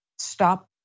Stop